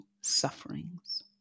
sufferings